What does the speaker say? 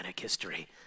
history